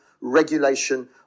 regulation